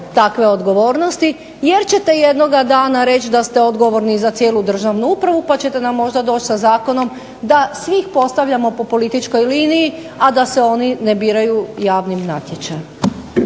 takve odgovornosti jer ćete jednog dana reći da ste odgovorni za cijelu državnu upravu pa ćete nam možda doći sa zakonom da svi postavljamo po političkoj liniji, a da se oni ne biraju javnim natječajem.